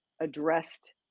addressed